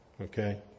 Okay